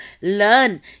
learn